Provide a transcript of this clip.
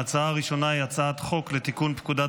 ההצעה הראשונה היא הצעת חוק לתיקון פקודת